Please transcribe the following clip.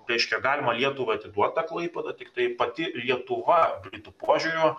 reiškia galima lietuva atiduot tą klaipėdą tiktai pati lietuva britų požiūriu